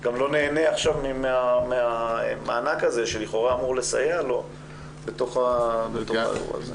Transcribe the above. גם לא נהנה מהמענק הזה שלכאורה אמור לסייע לו בתוך האירוע הזה.